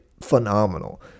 phenomenal